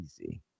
easy